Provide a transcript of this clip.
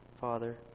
Father